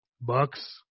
Bucks